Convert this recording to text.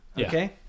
okay